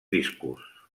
discos